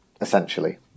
essentially